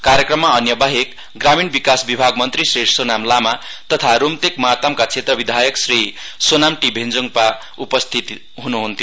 कार्यक्रममा अन्य बाहेक ग्रामीण विकास विभाग मन्त्री श्री सोनाम लामा तथा रूम्तेक मार्तामका क्षेत्र विधायक श्री सोनाम टी भेञ्च्ङपाको उपस्थिति थियो